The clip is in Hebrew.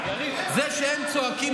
זה שהם צועקים,